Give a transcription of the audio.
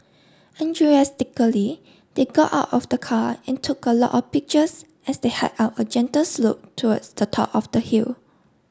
Enthusiastically they got out of the car and took a lot of pictures as they hike up a gentle slope towards the top of the hill